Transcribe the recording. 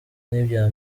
n’ibya